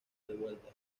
revuelta